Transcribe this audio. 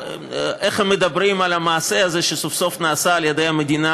איך הם מדברים על המעשה הזה שסוף-סוף נעשה על ידי המדינה,